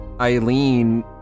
Eileen